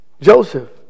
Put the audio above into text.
Joseph